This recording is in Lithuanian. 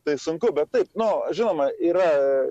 tai sunku bet taip nu žinoma yra